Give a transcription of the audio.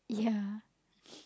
yeah